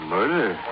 Murder